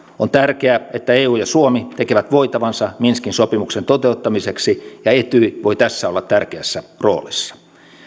on tärkeää että eu ja suomi tekevät voitavansa minskin sopimuksen toteuttamiseksi ja etyj voi tässä olla tärkeässä roolissa